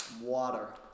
Water